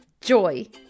joy